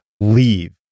leave